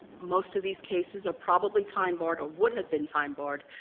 most of these cases are probably time barred or would have been time barred,